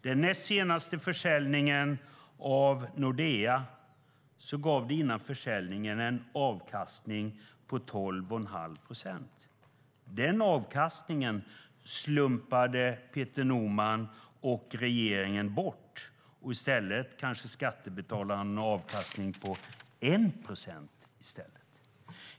Den näst senaste försäljningen av Nordea gav innan försäljningen en avkastning på 12 1⁄2 procent. Den avkastningen slumpade Peter Norman bort, och i stället fick skattebetalarna en avkastning på kanske 1 procent.